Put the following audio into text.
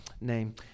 name